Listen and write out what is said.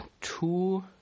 two